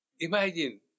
Imagine